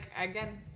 again